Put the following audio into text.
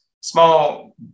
small